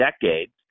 decades